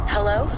Hello